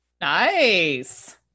Nice